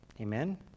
amen